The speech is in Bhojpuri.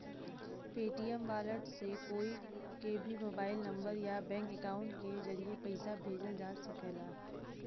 पेटीएम वॉलेट से कोई के भी मोबाइल नंबर या बैंक अकाउंट के जरिए पइसा भेजल जा सकला